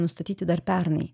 nustatyti dar pernai